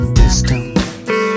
distance